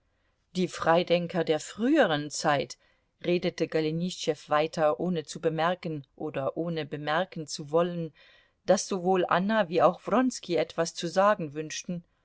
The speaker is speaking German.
die freidenker der früheren zeit redete golenischtschew weiter ohne zu bemerken oder ohne bemerken zu wollen daß sowohl anna wie auch wronski etwas zu sagen wünschten